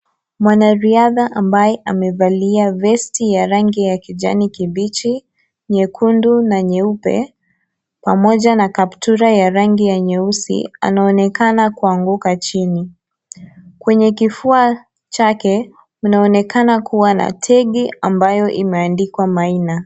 Mwanariadha ambaye amevalia vesti ya kijani kibichi, nyekundu na nyeupe pamoja na kaptura ya rangi ya nyeusi anaonekana kuanguka chini. Kwenye kifua chake kunaonekana kuwa na tegi ambayo imendikwa Maina.